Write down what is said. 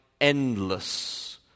endless